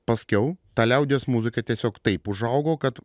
paskiau ta liaudies muziką tiesiog taip užaugo kad